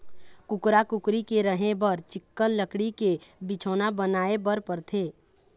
कुकरा, कुकरी के रहें बर चिक्कन लकड़ी के बिछौना बनाए बर परथे